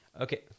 Okay